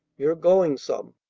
you're going some.